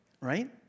right